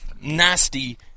nasty